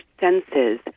senses